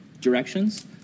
directions